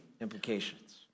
implications